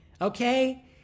okay